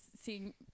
seeing